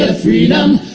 ah freedom,